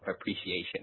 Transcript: appreciation